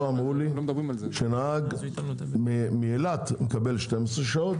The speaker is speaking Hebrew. שנהג מאילת מקבל 12 שעות,